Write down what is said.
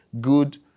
good